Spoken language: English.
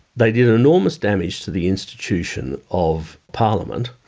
they did enormous damage to the institution of parliament.